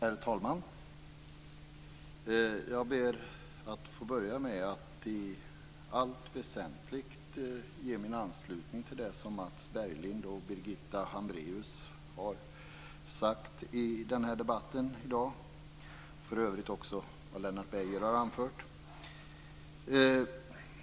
Herr talman! Jag ber att få börja med att i allt väsentligt ansluta mig till det som Mats Berglind och Birgitta Hambraeus har sagt i debatten här i dag, för övrigt också till vad Lennart Beijer har anfört.